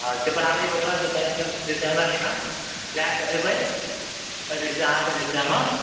हँ जे पढ़ाबैए ओकरासँ भराए कऽ हमरा लग लए कऽ एबै तऽ जे छै से अहाँकेँ जे छै से एहिमे